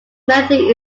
melody